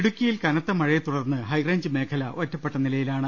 ഇടുക്കിയിൽ കനത്ത മഴയെ തുടർന്ന് ്ഹൈറേഞ്ച് മേഖല ഒറ്റപ്പെട്ട നിലയിലാണ്